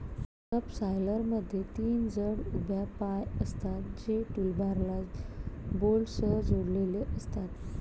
सबसॉयलरमध्ये तीन जड उभ्या पाय असतात, जे टूलबारला बोल्टसह जोडलेले असतात